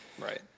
Right